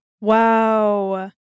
Wow